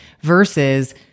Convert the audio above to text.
versus